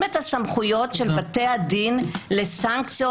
את הסמכויות של בתי הדין לסנקציות.